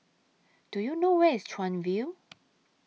Do YOU know Where IS Chuan View